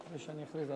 דיווח ומרשם),